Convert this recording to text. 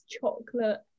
chocolate